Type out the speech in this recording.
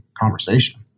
conversation